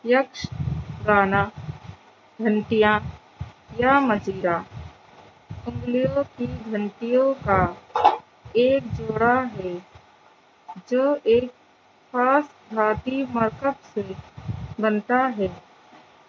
یکش گانا گھنٹیاں یا مجیرا انگلیوں کی گھنٹیوں کا ایک جوڑا ہے جو ایک خاص دھاتی مرکب سے بنتا ہے